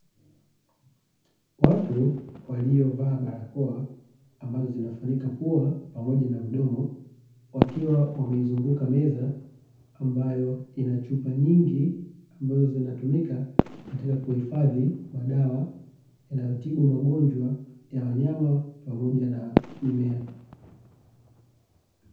Watu waliovaa barakoa ambazo zinafunika pua pamoja na mdomo wakiwa wameizunguuka meza ambayo ina chupa nyingi, ambazo zinatumika katika kuhifadhi madawa ambayo yanatumika kutibu magonjwa ya wanyama pamoja na mimea.